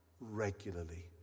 regularly